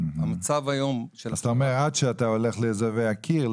והמצב היום של --- אז אתה אומר עד שאתה הולך לאזובי הקיר,